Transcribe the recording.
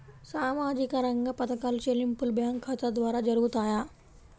సామాజిక రంగ పథకాల చెల్లింపులు బ్యాంకు ఖాతా ద్వార జరుగుతాయా?